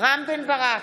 רם בן ברק,